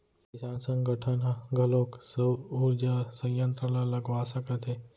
किसान संगठन ह घलोक सउर उरजा संयत्र ल लगवा सकत हे